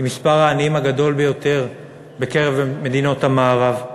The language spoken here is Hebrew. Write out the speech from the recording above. עם מספר העניים הגדול ביותר בקרב מדינות המערב.